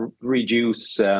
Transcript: reduce